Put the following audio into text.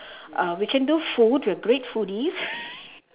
uh we can do food we are great foodies